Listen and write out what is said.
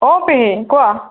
অঁ কোৱা